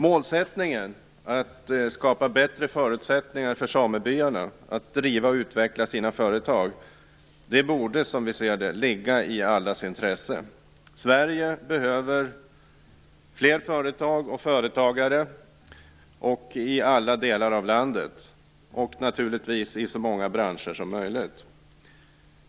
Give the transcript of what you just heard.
Målsättningen att skapa bättre förutsättningar för samebyarna att driva och utveckla sina företag borde ligga i allas intresse. Sverige behöver fler företag och företagare i alla delar av landet och naturligtvis i så många branscher som möjligt.